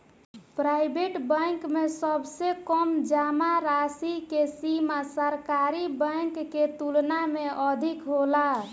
private bank में सबसे कम जामा राशि के सीमा सरकारी बैंक के तुलना में अधिक होला